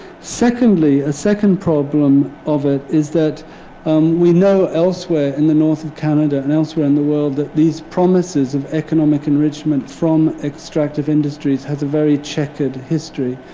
secondly, a second problem of it is that we know elsewhere in the north of canada and elsewhere in the world that these promises of economic enrichment from extractive industries has a very checkered history.